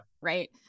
Right